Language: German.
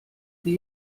sie